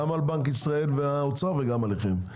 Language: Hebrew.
גם על בנק ישראל והאוצר וגם עליכם.